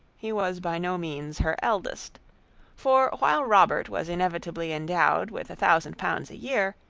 he was by no means her eldest for while robert was inevitably endowed with a thousand pounds a-year,